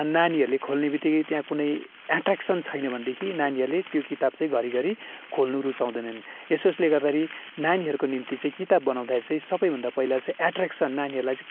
नानीहरूले खोल्नेबितिकै त्यहाँ कुनै एट्र्याक्सन छैन भनेदेखि नानीहरूले त्यो किताब चाहिँ घरिघरि खोल्नु रुचाउँदैनन् यसोस्ले गर्दाखेरि नानीहरूको निम्ति चाहिँ किताब बनाउँदाखेरि सबैभन्दा पहिला चाहिँ एट्र्याक्सन नानीहरूलाई चाहिँ